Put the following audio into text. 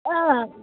অঁ